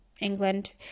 England